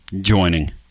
Joining